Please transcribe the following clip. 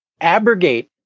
abrogate